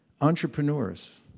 entrepreneurs